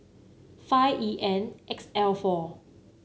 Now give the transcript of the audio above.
five E N X L four